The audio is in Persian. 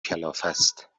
کلافست